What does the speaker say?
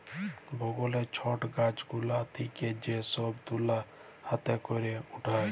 বগলে ছট গাছ গুলা থেক্যে যে সব তুলা হাতে ক্যরে উঠায়